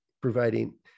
providing